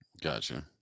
gotcha